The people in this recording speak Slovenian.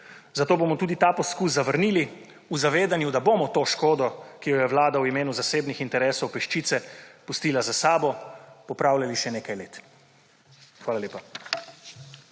zato bomo tudi ta poskus zavrnili v zavedanju, da bomo to škodo, ki jo je Vlada v imenu zasebnih interesov peščice pustila za seboj popravljali še nekaj let. Hvala lepa.